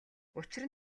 учир